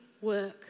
work